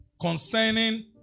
concerning